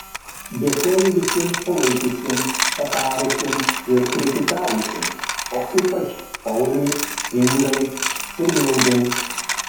dėkoju visiems palaikiusiems patarusiems ir kritikavusiems o ypač pauliui ingai ir mildai